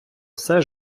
все